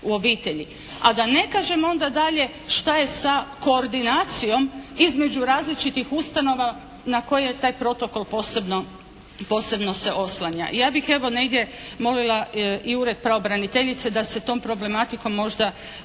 A da ne kažem onda dalje šta je sa koordinacijom između različitih ustanova na koje je taj protokol posebno se oslanja. Ja bih evo negdje molila i Ured pravobraniteljice da se tom problematikom možda